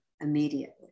immediately